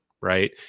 right